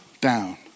down